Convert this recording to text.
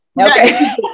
Okay